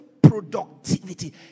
productivity